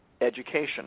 education